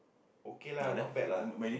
okay lah not bad lah